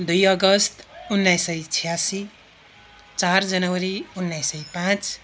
दुई अगस्त उन्नाइस सय छ्यासी चार जनवरी उन्नाइस सय पाँच